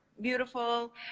beautiful